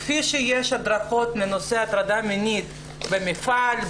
כפי שיש הדרכות לנושא הטרדה מינית במפעל,